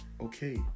okay